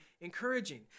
encouraging